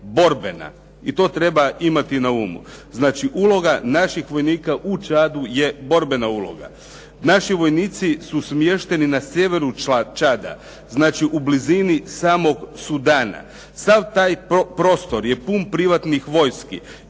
I to treba imati na umu. Znači, uloga naših vojnika u Čadu je borbena uloga. Naši vojnici su smješteni na sjeveru Čada, znači u blizini samog Sudana. Sav taj prostor je pun privatnih vojski,